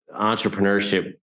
entrepreneurship